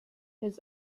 his